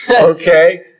okay